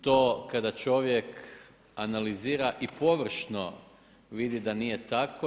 To kada čovjek analizira i površno vidi da nije tako.